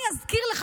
אני אזכיר לך,